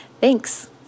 Thanks